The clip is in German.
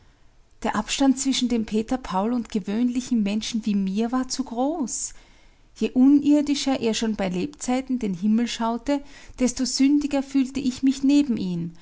der abstand zwischen dem peter paul und gewöhnlichen menschen wie mir war zu groß je unirdischer er schon bei lebzeiten den himmel schaute desto sündiger fühlte ich mich neben ihm